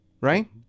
right